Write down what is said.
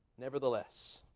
Nevertheless